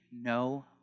no